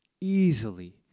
easily